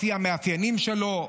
לפי המאפיינים שלו,